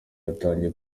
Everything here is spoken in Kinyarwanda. hatangiye